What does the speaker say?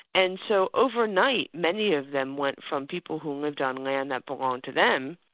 and so overnight, many of them went from people who lived on land that belonged to them,